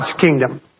kingdom